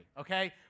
okay